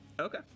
Okay